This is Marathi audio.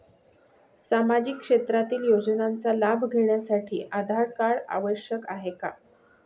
सामाजिक क्षेत्रातील योजनांचा लाभ घेण्यासाठी आधार कार्ड आवश्यक आहे का?